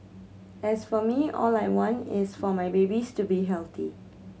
as for me all I want is for my babies to be healthy